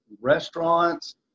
restaurants